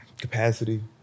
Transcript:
capacity